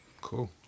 Cool